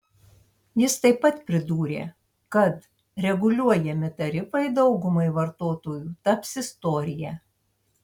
jis taip pat pridūrė kad reguliuojami tarifai daugumai vartotojų taps istorija